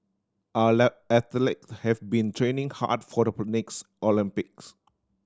our athletes have been training hard for the next Olympics